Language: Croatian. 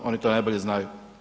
Oni to najbolje znaju.